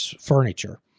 furniture